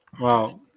Wow